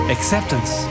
Acceptance